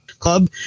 club